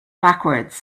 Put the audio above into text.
backwards